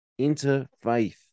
interfaith